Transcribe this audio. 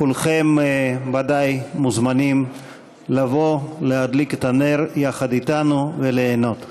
כולכם ודאי מוזמנים לבוא להדליק את הנר יחד אתנו וליהנות.